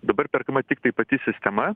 dabar perkama tiktai pati sistema